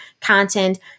content